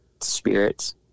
spirits